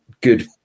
Good